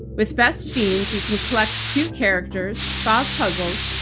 with best fiends, you can collect cute characters, solve puzzles,